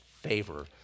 favor